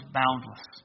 boundless